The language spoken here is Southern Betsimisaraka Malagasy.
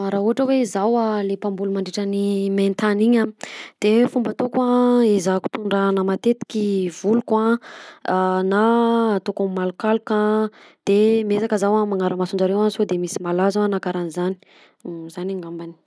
Ah raha ohatra hoe zao le mpamboly mandritra ny main-tany iny a de fomba ataoko a ezahiko tondrahina matetiky voliko a na ataoko amin'ny malokaloka de miezaka zaho manara maso anjareo a sody misy malazo a na karaha an'zany zany angambany.